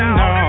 no